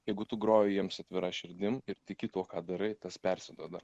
jeigu tu groji jiems atvira širdim ir tiki tuo ką darai tas persiduoda